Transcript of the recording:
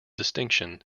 distinction